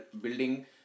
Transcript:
building